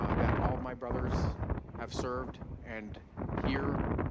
um that all of my brothers have served, and here,